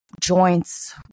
joints